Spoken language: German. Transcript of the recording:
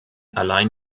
allein